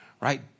Right